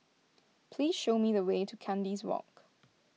please show me the way to Kandis Walk